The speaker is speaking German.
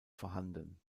vorhanden